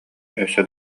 өссө